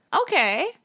Okay